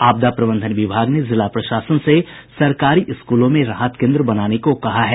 आपदा प्रबंधन विभाग ने जिला प्रशासन से सरकारी स्कूलों में राहत केंद्र बनाने को कहा है